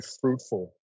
fruitful